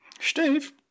Steve